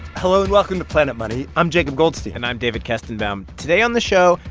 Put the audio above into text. hello, and welcome to planet money. i'm jacob goldstein and i'm david kestenbaum. today on the show,